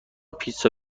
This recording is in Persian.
پیتزا